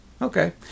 Okay